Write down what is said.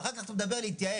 ואחר כך אתה מדבר על להתייעל?